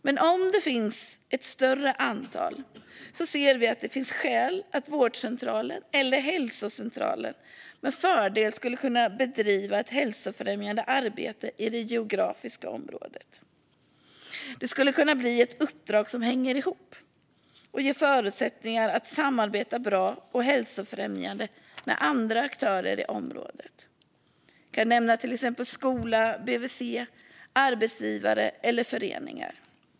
Men om det rör sig om ett större antal ser vi att vårdcentralen eller hälsocentralen med fördel skulle kunna bedriva ett hälsofrämjande arbete i det geografiska området. Det skulle kunna bli ett uppdrag som hänger ihop och ger förutsättningar att samarbeta bra och hälsofrämjande med andra aktörer i området - nämnas kan till exempel skola, BVC, arbetsgivare eller föreningar.